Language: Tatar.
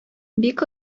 бик